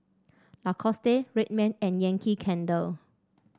Lacoste Red Man and Yankee Candle